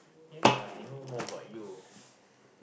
ya lah I know more about you